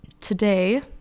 today